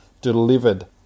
delivered